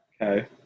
Okay